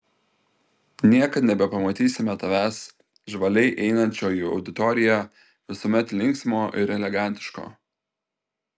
niekad nebepamatysime tavęs žvaliai einančio į auditoriją visuomet linksmo ir elegantiško